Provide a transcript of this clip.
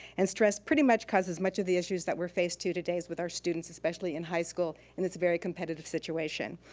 and stress pretty much causes much of the issues that we're faced to today with our students, especially in high school, in this very competitive situation.